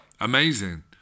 Amazing